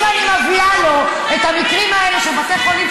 אם אני מביאה לו את המקרים האלה של בתי החולים,